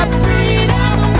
freedom